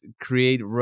create